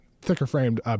thicker-framed